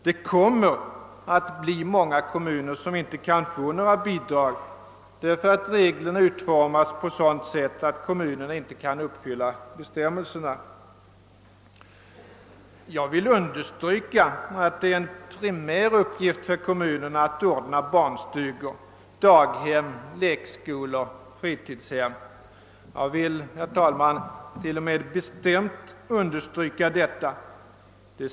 Det kommer att bli många kommuner som inte kan få något bidrag, därför att reglerna utformats på sådant sätt att kommunerna inte kan upfylla bestämmelserna. Jag vill understryka att det är en primär uppgift för kommunerna att ordna barnstugor: daghem, lekskolor och fritidshem. Jag vill, herr talman, till och med bestämt understryka detta.